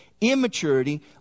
Immaturity